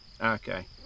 Okay